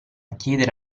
chiedere